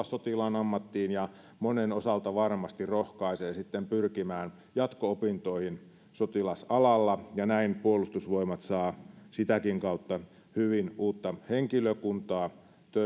sotilaan ammattiin ja monen osalta varmasti rohkaisee sitten pyrkimään jatko opintoihin sotilasalalla näin puolustusvoimat saa sitäkin kautta hyvin uutta henkilökuntaa töihin